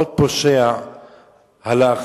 עוד פושע הלך,